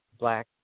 black